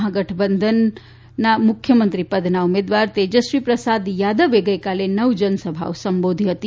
મહાગંઠબંધન મુખ્યમંત્રી પદના ઉમેદવાર તેજસ્વી પ્રસાદ થાદવે ગઇકાલે નવ જનસભાઓ સંબોધી હતી